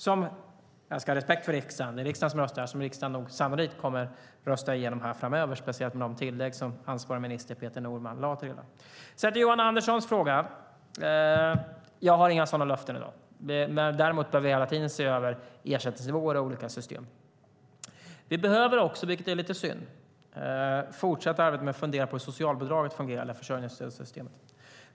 Jag ska ha respekt för riksdagen - det är riksdagen som röstar - men det är sannolikt att detta steg kommer att röstas igenom framöver, speciellt med de tillägg som ansvarig minister Peter Norman gjorde. Till Johan Anderssons fråga: Jag har inga sådana löften i dag. Däremot bör vi hela tiden se över ersättningsnivåer i olika system. Vi behöver också, vilket är lite synd, fortsätta arbetet med att fundera på hur försörjningsstödssystemet fungerar.